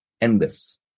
endless